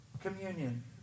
communion